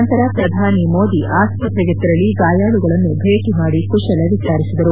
ನಂತರ ಪ್ರಧಾನಿ ಮೋದಿ ಆಸ್ಪತ್ರೆಗೆ ತೆರಳಿ ಗಾಯಾಳುಗಳನ್ನು ಭೇಟ ಮಾಡಿ ಕುಶಲ ವಿಚಾರಿಸಿದರು